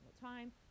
time